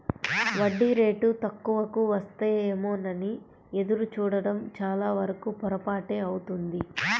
వడ్డీ రేటు తక్కువకు వస్తాయేమోనని ఎదురు చూడడం చాలావరకు పొరపాటే అవుతుంది